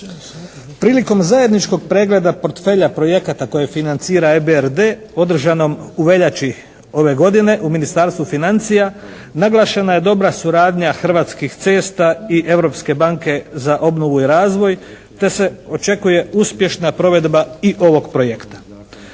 Prilikom zadnjeg pregleda portfelja projekata koje financira EBRD-e održanom u veljači ove godine u Ministarstvu financija, naglašena je dobra suradnja Hrvatskih cesta i Europske banke za obnovu i razvoj, te se očekuje uspješna provedbe i ovog projekta.